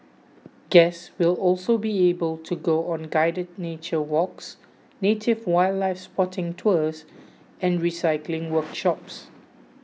guests will also be able to go on guided nature walks native wildlife spotting tours and recycling workshops